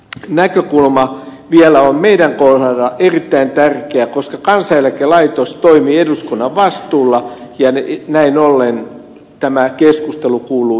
näkökulma vielä on meidän kohdallamme erittäin tärkeä koska kansaneläkelaitos toimii eduskunnan vastuulla ja näin ollen tämä keskustelu kuuluu nimenomaan juuri tänne